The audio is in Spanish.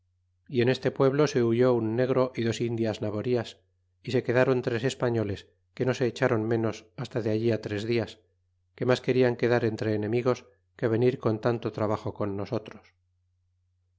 y en este pueblo se huyó un negro y dos indias naborias y se quedron tres españoles que no se echáron ménos hasta de ahí tres dias que mas querian quedar entre enemigos que venir con tanto trabajo con nosotros